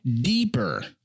deeper